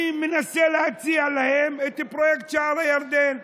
אני מנסה להציע להם את פרויקט שער הירדן.